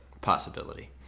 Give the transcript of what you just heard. possibility